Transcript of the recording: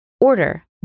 Order